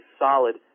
solid